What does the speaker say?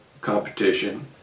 competition